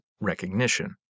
recognition